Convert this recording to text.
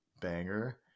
banger